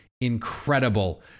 incredible